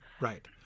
Right